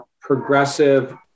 progressive